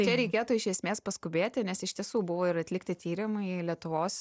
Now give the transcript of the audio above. čia reikėtų iš esmės paskubėti nes iš tiesų buvo ir atlikti tyrimai lietuvos